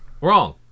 Wrong